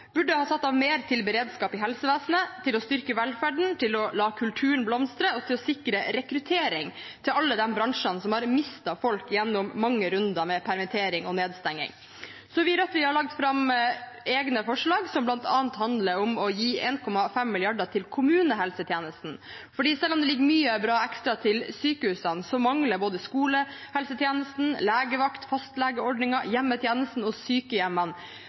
burde ha satt av mer til beredskap i helsevesenet, til å styrke velferden, til å la kulturen blomstre, og til å sikre rekruttering til alle de bransjene som har mistet folk gjennom mange runder med permittering og nedstengning. Vi i Rødt har lagt fram egne forslag som bl.a. handler om å gi 1,5 mrd. kr til kommunehelsetjenesten. Selv om det ligger mye bra ekstra til sykehusene, mangler både skolehelsetjenesten, legevakten, fastlegeordningen, hjemmetjenesten og sykehjemmene